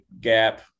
gap